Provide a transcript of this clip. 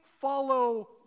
follow